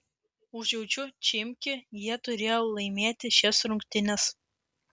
užjaučiu chimki jie turėjo laimėti šias rungtynes